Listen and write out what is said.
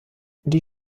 die